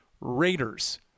Raiders